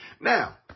Now